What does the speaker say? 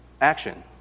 action